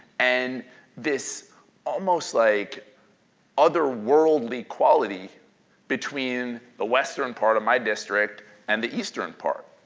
and this almost like other worldly quality between the western part of my district and the eastern part.